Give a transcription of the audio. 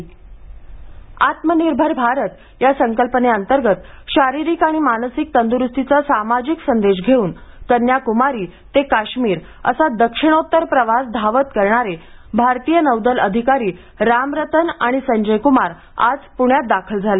धावणे विक्रम आत्मनिर्भर भारत संकल्पनेअंतर्गत शारिरीक आणि मानसिक तंद्रूस्तीचा सामाजिक संदेश घेऊन कन्याकुमारी ते काश्मिर असा दक्षिणोत्तर प्रवास धावत करणारे भारतीय नौदल अधिकारी रामरतन आणि संजयकुमार आज पुण्यात दाखल झाले